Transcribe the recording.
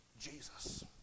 Jesus